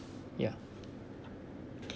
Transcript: ya